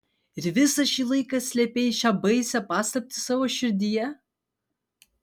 ir visą šį laiką slėpei šią baisią paslaptį savo širdyje